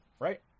Right